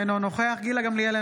אינו נוכח גילה גמליאל,